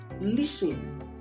Listen